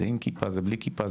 זה בלי כיפה,